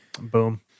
Boom